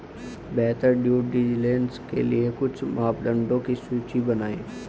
बेहतर due diligence के लिए कुछ मापदंडों की सूची बनाएं?